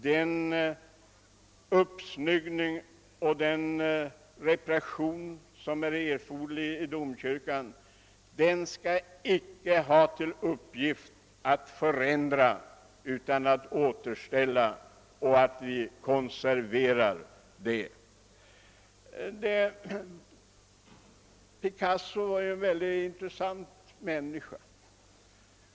Den uppsnyggning och de reparationer som är nödvändiga skall ha till uppgift inte att förändra utan att återställa domkyrkan i dess ursprungliga skick. Vi skall konservera kyrkan som den var! Picasso är en mycket intressant människa.